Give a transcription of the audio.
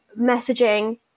messaging